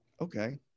Okay